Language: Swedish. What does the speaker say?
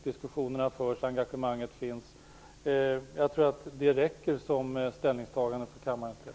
Diskussionerna förs, och engagemanget finns. Jag tror att det räcker som ställningstagande för kammarens del.